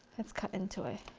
let's cut into it.